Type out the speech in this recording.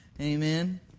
Amen